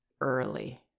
early